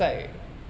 orh okay